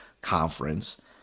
conference